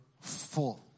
full